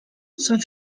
such